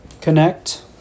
connect